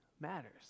matters